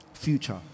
Future